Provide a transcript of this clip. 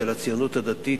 של הציונות הדתית,